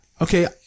Okay